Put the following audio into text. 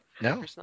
No